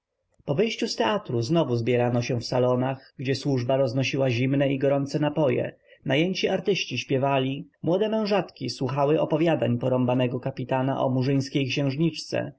po wyjściu z teatru znowu zbierano się w salonach gdzie służba roznosiła zimne i gorące napoje najęci artyści śpiewali młode mężatki słuchały opowiadań porąbanego kapitana o murzyńskiej księżniczce